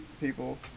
people